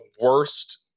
worst